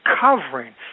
covering